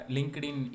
LinkedIn